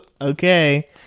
okay